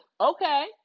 Okay